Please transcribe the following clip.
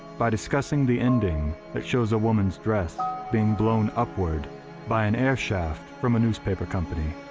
by discussing the ending that shows a woman's dress being blown upward by an air shaft from a newspaper company.